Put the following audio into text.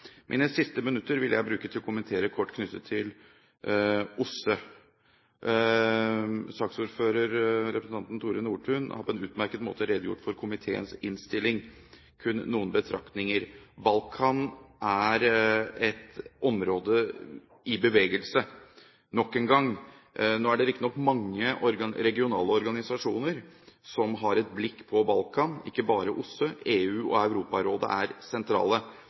Mine siste minutter vil jeg bruke til å kommentere kort det som er knyttet til OSSE. Saksordføreren, Tore Nordtun, har på en utmerket måte redegjort for komiteens innstilling, så kun noen betraktninger. Balkan er et område i bevegelse nok en gang. Nå er det riktignok mange regionale organisasjoner som har et blikk på Balkan, ikke bare OSSE – EU og Europarådet er sentrale.